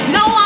no